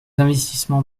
investissements